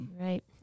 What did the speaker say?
right